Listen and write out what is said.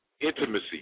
intimacy